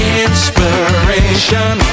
inspiration